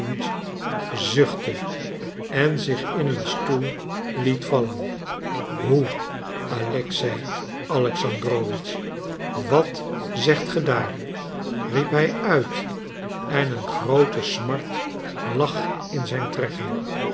zuchtte en zich in een stoel liet vallen hoe alexei alexandrowitsch wat zegt ge daar riep hij uit en een groote smart lag in zijn trekken